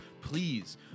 please